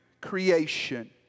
creation